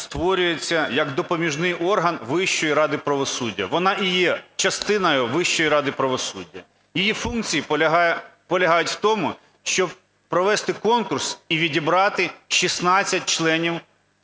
створюється як допоміжний орган Вищої ради правосуддя, вона і є частиною Вищої ради правосуддя. Її функції полягають в тому, щоб провести конкурс і відібрати 16 членів